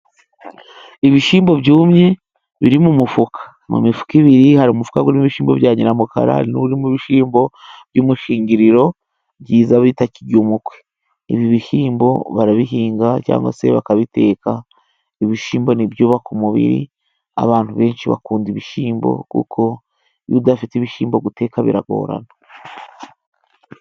Ibishyimbo byumye biri mu mufuka. Ni imifuka ibiri, hari umufuka urimo ibishyimbo bya nyiramukara, hari n'urimo ibishyimbo by'umushingiriro, byiza bita kiryumukwe. Ibi bishyimbo barabihinga cyangwa se bakabiteka. Ibishyimbo ni ibyubaka umubiri. Abantu benshi bakunda ibishyimbo kuko iyo udafite ibishyimbo guteka biragorana.